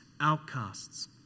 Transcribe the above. outcasts